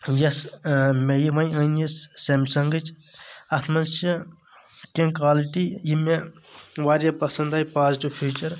یۄس مےٚ یہِ وۄنۍ أنۍ یہِ سیم سنگٕچ اَتھ منٛز چھِ کیٚنٛہہ کالٕٹی یِم مےٚ واریاہ پسند آیہِ پازٹیٚو فیچر